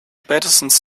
spätestens